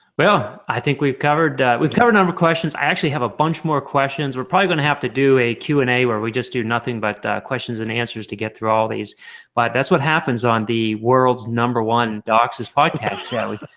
well, i think we've covered with cover number questions. i actually have a bunch more questions we're probably gonna have to do a q and a where we just do nothing but questions and answers to get through all these but that's what happens on the world's number one docsis podcast.